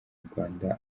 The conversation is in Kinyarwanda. rwanda